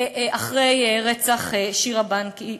אחרי רצח שירה בנקי,